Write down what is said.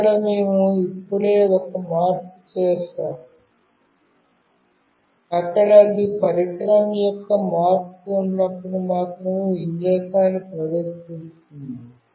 ఇక్కడ మేము ఇప్పుడే ఒక మార్పు చేసాము అక్కడ అది పరికరం యొక్క మార్పు ఉన్నప్పుడు మాత్రమే విన్యాసాన్ని ప్రదర్శిస్తుంది